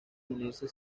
unirse